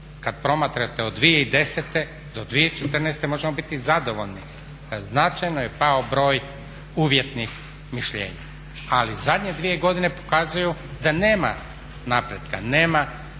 Kad promatrate od 2010. do 2014. možemo biti zadovoljni značajno je pao broj uvjetnih mišljenja. Ali zadnje dvije godine pokazuju da nema napretka, nema